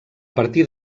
partir